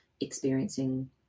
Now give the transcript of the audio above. experiencing